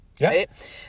right